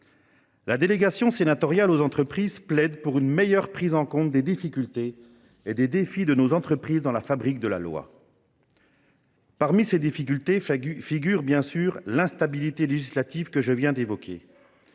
La délégation sénatoriale aux entreprises plaide pour une meilleure prise en compte des difficultés et des défis de nos entreprises dans la fabrique de la loi. Parmi ces difficultés figurent bien sûr l’instabilité législative que je viens d’évoquer,